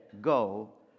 go